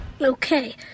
Okay